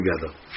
together